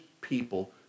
people